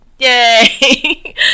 Yay